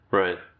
right